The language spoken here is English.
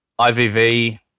IVV